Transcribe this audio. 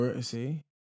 See